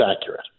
accurate